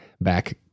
back